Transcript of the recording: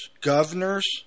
governors